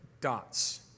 dots